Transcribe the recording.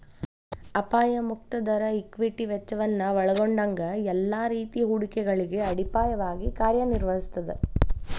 ಅಪಾಯ ಮುಕ್ತ ದರ ಈಕ್ವಿಟಿ ವೆಚ್ಚವನ್ನ ಒಲ್ಗೊಂಡಂಗ ಎಲ್ಲಾ ರೇತಿ ಹೂಡಿಕೆಗಳಿಗೆ ಅಡಿಪಾಯವಾಗಿ ಕಾರ್ಯನಿರ್ವಹಿಸ್ತದ